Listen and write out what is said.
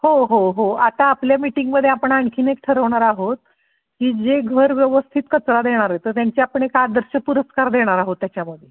हो हो हो आता आपल्या मीटिंगमध्ये आपण आणखीन एक ठरवणार आहोत की जे घर व्यवस्थित कचरा देणारं आहे तर त्यांचे आपण एक आदर्श पुरस्कार देणार आहोत त्याच्यामध्ये